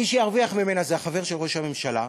מי שירוויח ממנה זה החבר של ראש הממשלה,